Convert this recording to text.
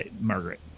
Margaret